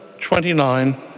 29